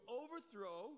overthrow